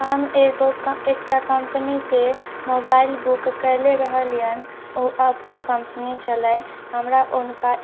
हम एगो एकटा कम्पनीसँ मोबाइल बुक कएले रहलिअनि ओ ओप्पो कम्पनी छलै हमरा हुनका